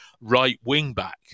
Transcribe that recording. right-wing-back